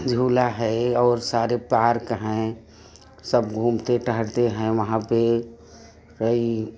झूला है और सारे पार्क हैं सब घूमते टहलते हैं वहाँ पे हई